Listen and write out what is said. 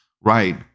right